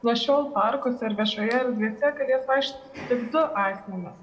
nuo šiol parkuose ar viešoje erdvėse galės vaikščioti tik du asmenys